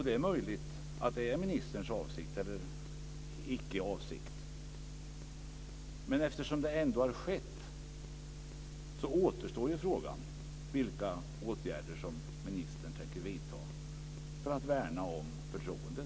Det är möjligt att det inte heller har varit ministerns avsikt, men eftersom det ändå har skett återstår frågan vilka åtgärder som ministern tänker vidta för att värna om förtroendet.